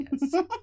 Yes